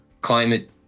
climate